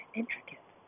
intricate